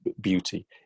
beauty